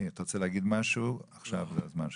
אם אתה רוצה להגיד משהו, עכשיו זה הזמן שלך.